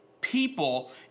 people